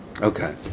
Okay